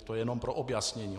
To jenom pro objasnění.